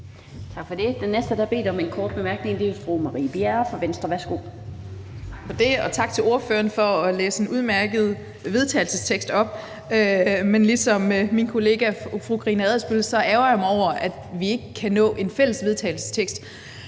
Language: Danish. Tak for det. Den næste, der har bedt om en kort bemærkning, er fru Marie Bjerre fra Venstre. Værsgo. Kl. 19:32 Marie Bjerre (V): Tak for det, og tak til ordføreren for at læse en udmærket vedtagelsestekst op, men ligesom min kollega fru Karina Adsbøl ærgrer jeg mig over, at vi ikke kan nå en fælles vedtagelsestekst.